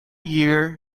year